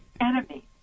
enemy